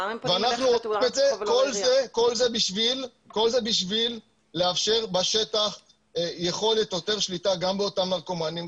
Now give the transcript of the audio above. כל זה בשביל לאפשר בשטח יכול שליטה רבה יותר גם באותם נרקומנים,